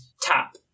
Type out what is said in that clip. tap